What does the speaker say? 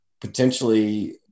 potentially